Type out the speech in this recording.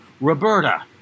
Roberta